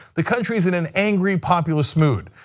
the country is in an angry, populist mood,